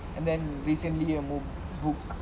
and then recently a move book